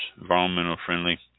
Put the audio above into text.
Environmental-friendly